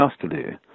custody